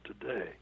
today